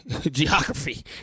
Geography